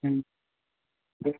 हुँ